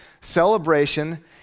celebration